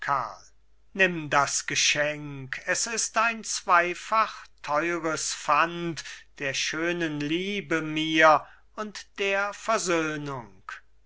nimm das geschenk es ist ein zweifach teures pfand der schönen liebe mir und der versöhnung